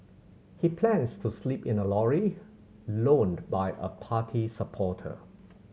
he plans to sleep in a lorry loaned by a party supporter